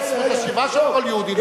זכות השיבה של כל יהודי במדינה.